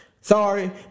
Sorry